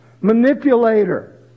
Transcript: manipulator